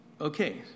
Okay